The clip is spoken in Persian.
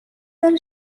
داره